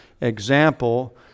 example